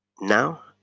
now